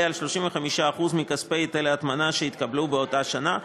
על 35% מכספי היטל ההטמנה שהתקבלו באותה שנה,